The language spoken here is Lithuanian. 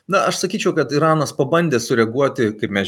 na aš sakyčiau kad iranas pabandė sureaguoti kaip mes